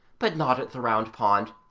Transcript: but not at the round pond,